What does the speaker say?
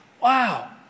Wow